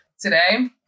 today